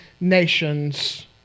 nations